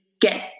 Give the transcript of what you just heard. get